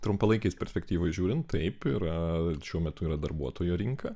trumpalaikėj perspektyvoj žiūrint taip yra šiuo metu yra darbuotojo rinka